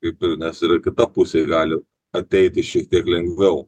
kaip ir nes ir kita pusė gali ateiti šiek tiek lengviau